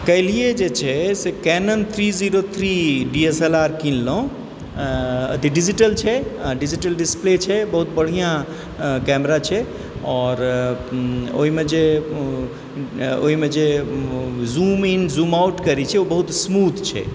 काल्हियै जे छै से Canon three zero three D S L R किनलहुँ डिजिटल छै आओर डिजिटल डिस्प्ले छै बहुत बढिआँ कैमरा छै आओर ओहिमे जे ओहिमे जूम इन जूम आउट करैत छै ओ बहुत स्मूथ छै